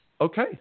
Okay